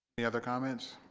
any other comments?